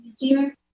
easier